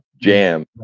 Jam